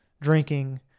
drinking